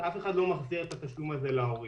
אף אחד לא מחזיר את התשלום הזה להורים.